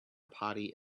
potty